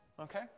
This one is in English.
Okay